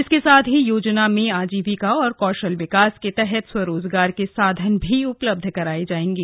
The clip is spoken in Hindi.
इसके साथ ही योजना में आजीविका और कौशल विकास के तहत स्वरोजगार के साधन भी उपलब्ध कराए जाएंगे